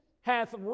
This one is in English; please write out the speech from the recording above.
hath